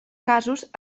casos